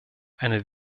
eine